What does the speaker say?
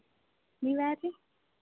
ನೀವು ಯಾರು ರೀ